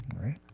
right